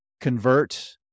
convert